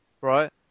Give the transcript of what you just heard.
right